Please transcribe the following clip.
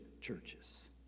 churches